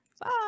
Bye